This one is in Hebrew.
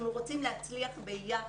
אנחנו רוצים להצליח ביחד,